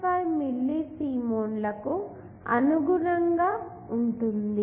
5 milli సీమెన్లకు అనుగుణంగా ఉంటుంది